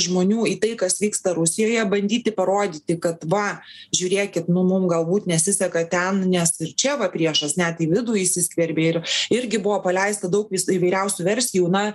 žmonių į tai kas vyksta rusijoje bandyti parodyti kad va žiūrėkit nu mums galbūt nesiseka ten nes ir čia va priešas net į vidų įsiskverbė ir irgi buvo paleista daug įvairiausių versijų na